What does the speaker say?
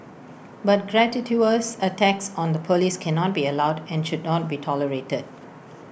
but gratuitous attacks on the Police cannot be allowed and should not be tolerated